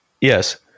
Yes